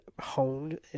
honed